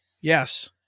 Yes